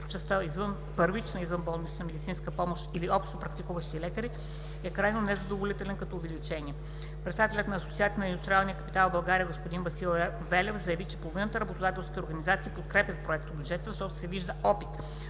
частта „първична извънболнична медицинска помощ или общопрактикуващи лекари“ е крайно незадоволителен като увеличение. Председателят на Асоциацията на индустриалния капитал в България господин Васил Велев заяви, че половината работодателски организации подкрепят проектобюджета, защото се вижда опит